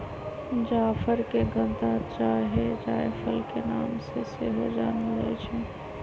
जाफर के गदा चाहे जायफल के नाम से सेहो जानल जाइ छइ